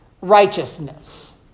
righteousness